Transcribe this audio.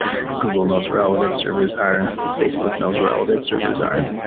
google knows where all of its servers are. facebook knows where all of its servers are.